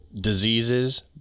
diseases